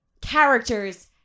characters